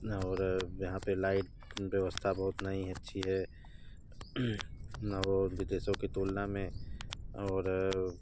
और यहाँ पर लाइट व्यवस्था बहुत नहीं अच्छी है ना वो विदेशों की तुलना में और